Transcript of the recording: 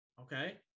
Okay